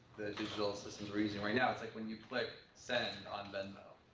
digital system we're using right now. it's like, when you click send on venmo,